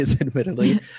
admittedly